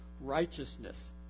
righteousness